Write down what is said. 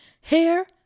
Hair